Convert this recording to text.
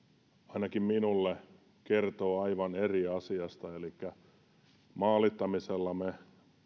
ainakin minulle kertoo aivan eri asiasta elikkä maalittamisella me